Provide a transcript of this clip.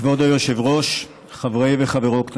כבוד היושבת-ראש, חברי וחברות הכנסת,